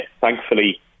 Thankfully